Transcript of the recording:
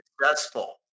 successful